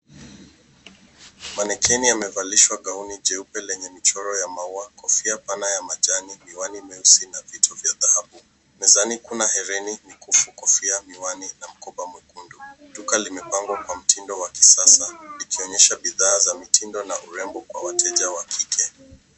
Manikini imevalishwa gauni jeupe lenye michoro ya maua, kofia pana ya majani, miwani mieusi na vito vye dhahabu. Mezani kuna herini, mikufu, kofia, miwani na mkoba mwekundu. Duka limepangwa kwa mitindo wa kisasa likionyesha bidhaa za mitindo na urembo kwa wateja wa kike.